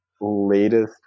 latest